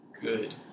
good